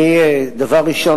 דבר ראשון,